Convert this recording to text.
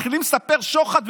מתחילים לספר על שוחד,